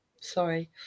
Sorry